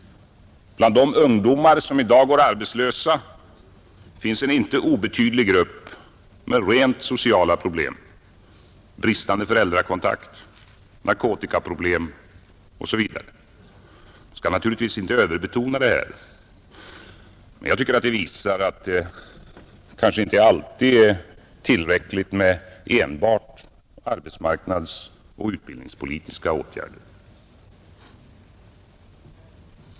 Bland de ungdomar som i dag går arbetslösa finns en inte obetydlig grupp med rent sociala problem — bristande föräldrakontakter, narkotikaproblem osv. Man skall naturligtvis inte överbetona dessa förhållanden, men jag tycker att de visar att det kanske inte alltid är tillräckligt med enbart arbetsmarknadsoch utbildningspolitiska åtgärder.